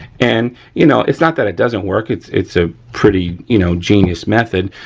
and you know, it's not that it doesn't work, it's it's a pretty, you know, genius method,